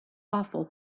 awful